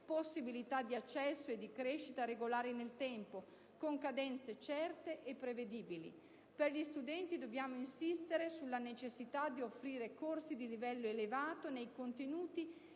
possibilità di accesso e di crescita regolari nel tempo, con cadenze certe e prevedibili. Per gli studenti dobbiamo insistere sulla necessità di offrire corsi di livello elevato nei contenuti